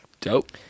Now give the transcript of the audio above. Dope